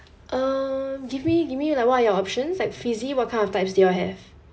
um give me give me like what are your options like fizzy what kind of types do you all have